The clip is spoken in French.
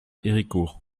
héricourt